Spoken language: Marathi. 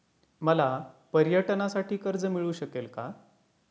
मला पर्यटनासाठी कर्ज मिळू शकेल का?